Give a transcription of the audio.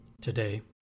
today